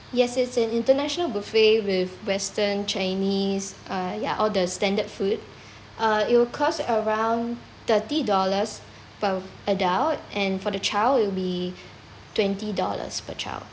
yes it's an international buffet with western chinese uh ya all the standard food uh it'll cost around thirty dollars per adult and for the child it'll be twenty dollars per child